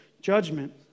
judgment